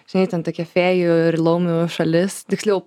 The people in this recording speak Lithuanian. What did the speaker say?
žinai ten tokia fėjų ir laumių šalis tiksliau